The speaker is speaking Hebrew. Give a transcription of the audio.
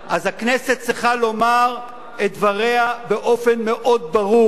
אז הכנסת צריכה לומר את דבריה באופן מאוד ברור: